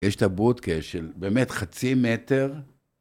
יש את הבוטק'ה, של באמת חצי מטר.